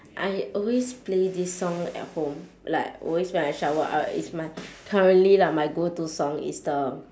I always play this song at home like always when I shower I w~ it's my like currently lah my go to song it's the